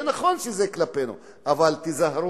זה נכון שזה כלפינו, אבל תיזהרו,